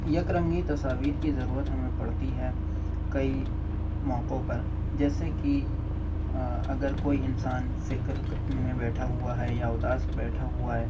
یک رنگی تصاویر کی ضرورت ہمیں پڑتی ہے کئی موقعوں پر جیسے کے اگر کوئی انسان فکر میں بیٹھا ہوا ہے یا اداس بیٹھا ہوا ہے